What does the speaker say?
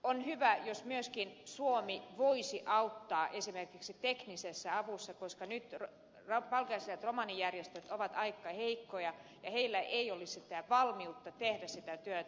on hyvä jos myöskin suomi voisi auttaa esimerkiksi teknisessä avussa koska nyt paikalliset romanijärjestöt ovat aika heikkoja ja heillä ei ole valmiutta tehdä sitä työtä